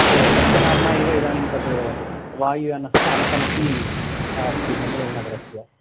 तदेव तस्य नाम्ना एव इदानीं तद् वायुस्थानकमपि अस्ति बेङ्गलूरुनगरस्य